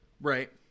Right